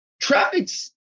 Traffic's